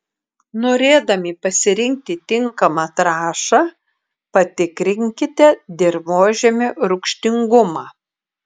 norėdami pasirinkti tinkamą trąšą patikrinkite dirvožemio rūgštingumą